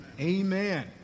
Amen